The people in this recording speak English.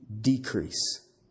decrease